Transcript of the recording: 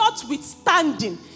notwithstanding